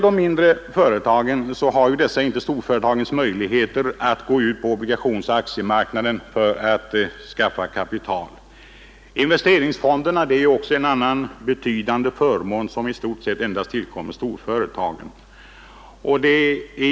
De mindre företagen har inte storföretagens möjligheter att gå ut på obligationsoch aktiemarknaden för att skaffa kapital. Investeringsfonderna är en annan betydande förmån, som i stort sett endast tillkommer storföretagen.